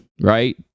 right